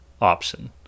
option